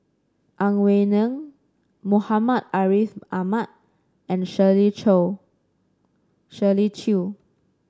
Ang Wei Neng Muhammad Ariff Ahmad and Shirley Chew